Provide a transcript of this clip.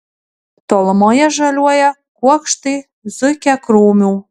tolumoje žaliuoja kuokštai zuikiakrūmių